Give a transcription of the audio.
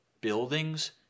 buildings